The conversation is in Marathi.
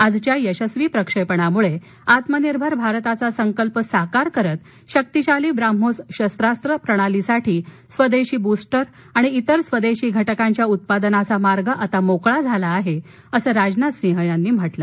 आजच्या यशस्वी प्रक्षेपणामुळे आत्मनिर्भर भारताचा संकल्प साकार करत शक्तिशाली ब्रह्मोस शस्त्रास्त्र प्रणालीसाठी स्वदेशी बूस्टर आणि इतर स्वदेशी घटकांच्या उत्पादनाचा मार्ग मोकळा झाला आहे असं राजनाथ सिंह या वेळी म्हणाले